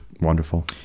wonderful